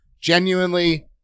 genuinely